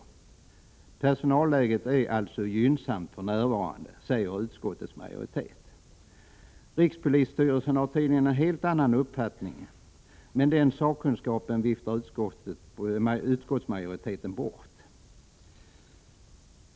Utskottsmajoriteten säger vidare att ”personalläget således är gynnsamt för närvarande”. Rikspolisstyrelsen har tydligen en helt annan uppfattning. Men den sakkunskapen viftar utskottsmajoriteten bort.